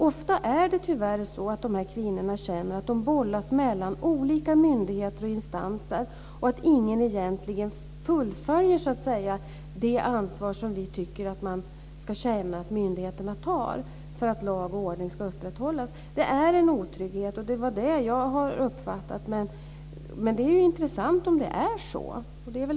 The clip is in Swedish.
Ofta känner de här kvinnorna tyvärr att de bollas mellan olika myndigheter och instanser och att ingen egentligen fullföljer det ansvar som vi tycker att myndigheterna ska ta för att lag och ordning ska upprätthållas. Jag har uppfattat att det råder en otrygghet.